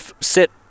sit